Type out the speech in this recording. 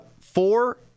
four